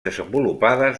desenvolupades